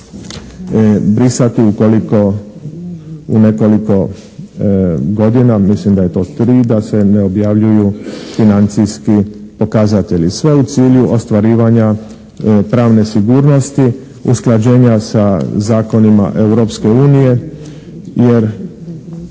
ukoliko u nekoliko godina, mislim da je to 3, da se ne objavljuju financijski pokazatelji. Sve u cilju ostvarivanja pravne sigurnosti, usklađenja sa zakonima Europske unije. Jer